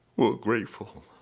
we're grateful,